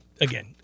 again